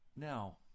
Now